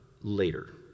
later